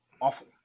awful